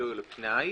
לבילוי או לפנאי